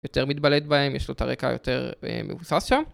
יותר מתבלט בהם, יש לו את הרקע היותר מבוסס שם.